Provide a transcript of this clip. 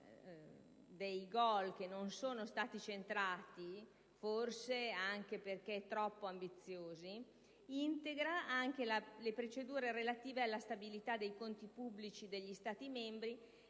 dei *goal* che non sono stati centrati, forse anche perché troppo ambiziosi - integra anche le procedure relative alla stabilità dei conti pubblici degli Stati membri